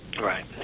right